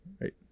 right